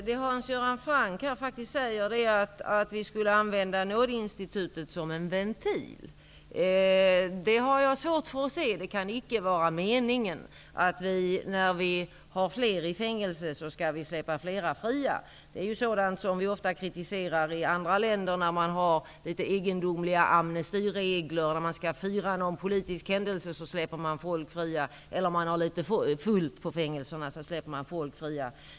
Fru talman! Det som Hans Göran Franck säger är faktiskt att vi skall använda nådeinstitutet som en ventil. Det har jag svårt för att se. Det kan icke vara meningen att vi när vi har fler i fängelse skall släppa fler fria. Det är ju sådant som vi ofta kritiserar i andra länder, där man har litet egendomliga amnestiregler. När man skall fira någon politisk händelse släpps människor fria. Har man fullt på fängelserna släpps människor fria.